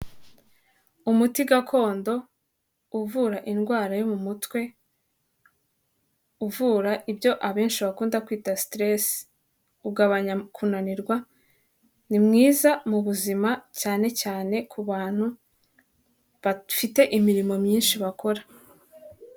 Umuti gakondo uvura indwara yo mu mutwe, uvura ibyo abenshi bakunda kwita siteresi, ugabanya kunanirwa, ni mwiza mu buzima cyane cyane ku bantu bafite imirimo myinshi bakora.